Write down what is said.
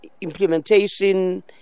implementation